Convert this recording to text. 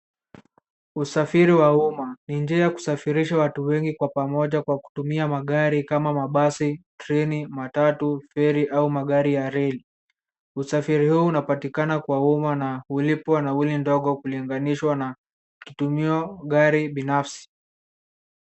Usafiri wa umma ni njia ya kisafirisha watu wengi kwa pamoja kwa kutumia magari kama mabasi, treni, matatu, feri au magari ya reli. Usafiri huu unapatikana kwa umma na hulipwa nauli ndogo kulinganishwa na kitumio gari binafsi.